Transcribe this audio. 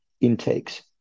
intakes